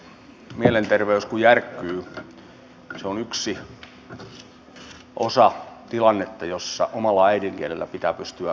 mielenterveys kun järkkyy se on yksi osa tilannetta jossa omalla äidinkielellä pitää pystyä kommunikoimaan